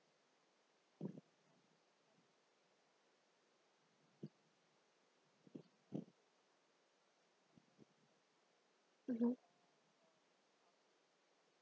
mmhmm